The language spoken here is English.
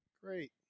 Great